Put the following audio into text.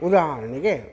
ಉದಾಹರಣೆಗೆ